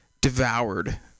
devoured